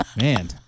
Man